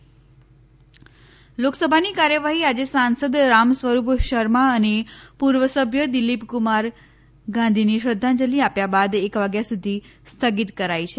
લોકસભા સ્થગિત લોકસભાની કાર્યવાહી આજે સાંસદ રામસ્વરૂપ શર્મા અને પૂર્વ સભ્ય દિલીપ કુમાર ગાંધીને શ્રદ્ધાંજલિ આપ્યા બાદ એક વાગ્યા સુધી સ્થગિત કરાઈ છે